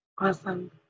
Awesome